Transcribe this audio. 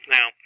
Now